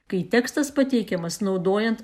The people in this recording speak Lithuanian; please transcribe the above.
kai tekstas pateikiamas naudojant